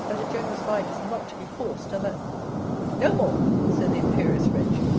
that a generous mind is not to be forced and that no more, said the imperious wretch,